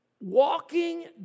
walking